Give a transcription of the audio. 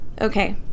Okay